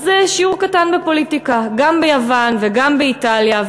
אז שיעור קטן בפוליטיקה: גם ביוון וגם באיטליה,